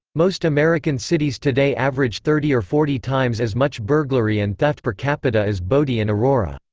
most american cities today average thirty or forty times as much burglary and theft per capita as bodie and aurora.